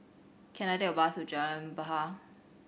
can I take a bus to Jalan Bahar